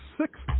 sixth